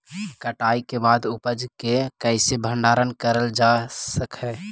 कटाई के बाद उपज के कईसे भंडारण करल जा सक हई?